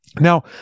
Now